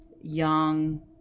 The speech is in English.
young